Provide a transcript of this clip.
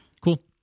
Cool